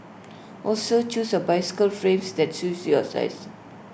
also choose A bicycle frames that suits your size